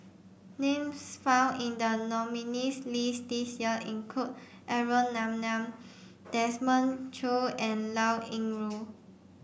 names found in the nominees' list this year include Aaron Maniam Desmond Choo and Liao Yingru